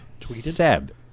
Seb